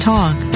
Talk